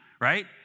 right